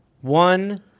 one